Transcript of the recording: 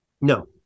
No